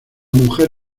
mujer